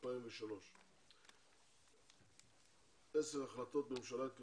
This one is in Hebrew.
2003. עד כה התקבלו עשר החלטות ממשלה.